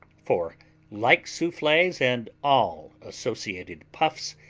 for like souffles and all associated puffs,